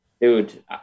dude